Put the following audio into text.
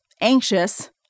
anxious